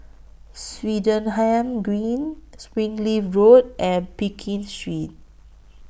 Swettenham Green Springleaf Road and Pekin Street